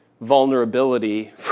vulnerability